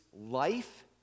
life